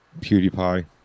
PewDiePie